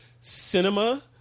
cinema